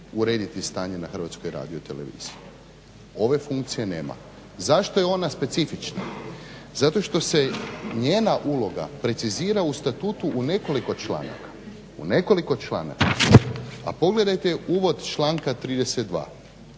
urediti stanje na HRT-u. ove funkcije nema. Zašto je ona specifična? Zato što se njena uloga precizira u statutu u nekoliko članaka, a pogledajte uvod članka 32.